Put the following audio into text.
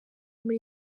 muri